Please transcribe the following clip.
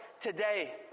today